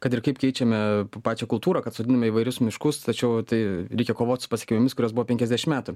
kad ir kaip keičiame pačią kultūrą kad sodiname įvairius miškus tačiau tai reikia kovot su pasekmėmis kurios buvo penkiasdešim metų